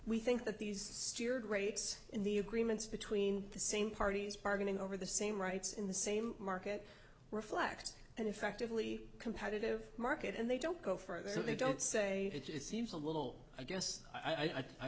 we think that these steered rates in the agreements between the same parties bargaining over the same rights in the same market reflect and effectively competitive market and they don't go further so they don't say it seems a little i guess i